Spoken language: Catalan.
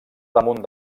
damunt